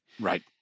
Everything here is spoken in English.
Right